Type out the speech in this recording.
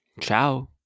Ciao